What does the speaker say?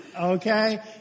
okay